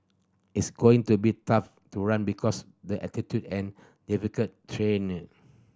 it's going to be tough to run because the altitude and difficult terrain